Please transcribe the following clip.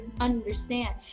understand